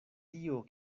tio